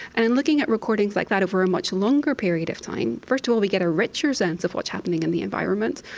and and looking at recordings like that over a much longer period of time, first of all we get a richer sense of what's happening in the environment,